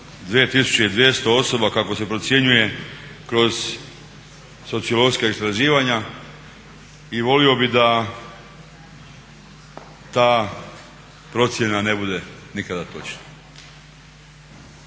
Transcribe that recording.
2200 osoba kako se procjenjuje kroz sociološka istraživanja, i volio bih da ta procjena ne bude nikada točna.